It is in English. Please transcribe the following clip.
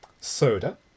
soda